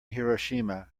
hiroshima